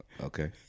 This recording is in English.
Okay